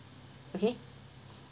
okay